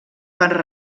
per